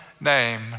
name